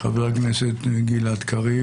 חבר הכנסת גלעד קריב